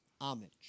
homage